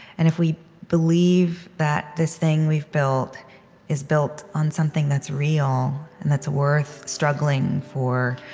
and if we believe that this thing we've built is built on something that's real and that's worth struggling for,